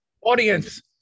Audience